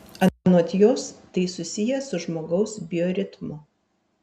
anot jos tai susiję su žmogaus bioritmu